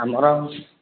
ଆମର